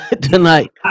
tonight